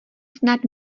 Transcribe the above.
snad